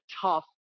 tough